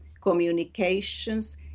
communications